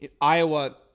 Iowa